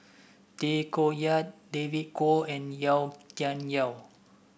Tay Koh Yat David Kwo and Yau Tian Yau